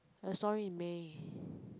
the story in may